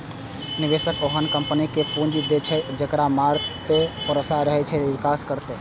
निवेशक ओहने कंपनी कें पूंजी दै छै, जेकरा मादे ई भरोसा रहै छै जे विकास करतै